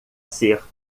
ser